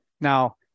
Now